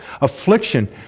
affliction